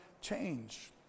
change